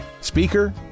Speaker